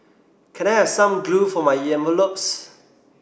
can I have some glue for my envelopes